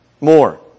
more